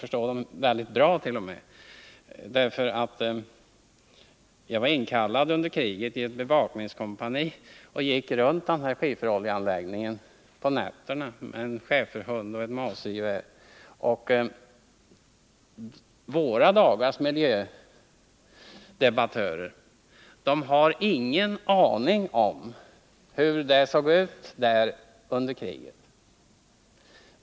Jag var inkallad under kriget och tillhörde ett bevakningskompani som hade till uppgift att bevaka skifferoljeanläggningen som jag nyss talade om. Jag gick runt anläggningen på nätterna med en schäferhund och ett mausergevär, och jag vill påstå att våra dagars miljödebattörer har ingen aning om hur det såg ut där på den tiden.